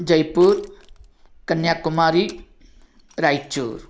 Jaipur Kanyakumari Raichur